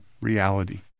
reality